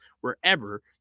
wherever